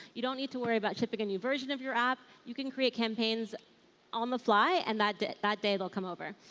you don't need to worry about shipping a new version of your app, you can create campaigns on the fly and that day that day it will come over.